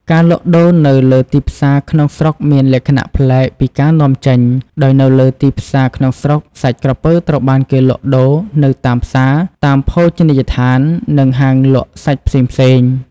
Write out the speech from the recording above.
ការលក់ដូរនៅលើទីផ្សារក្នុងស្រុកមានលក្ខណៈប្លែកពីការនាំចេញ ដោយនៅលើទីផ្សារក្នុងស្រុកសាច់ក្រពើត្រូវបានគេលក់ដូរ នៅតាមផ្សារ តាមភោជនីយដ្ឋាន និងហាងលក់សាច់ផ្សេងៗ។